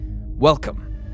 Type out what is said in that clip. Welcome